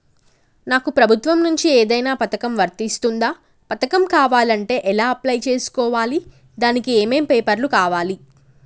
నాకు ప్రభుత్వం నుంచి ఏదైనా పథకం వర్తిస్తుందా? పథకం కావాలంటే ఎలా అప్లై చేసుకోవాలి? దానికి ఏమేం పేపర్లు కావాలి?